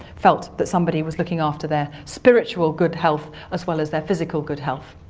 felt that somebody was looking after their spiritual good health as well as their physical good health.